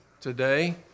today